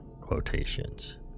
quotations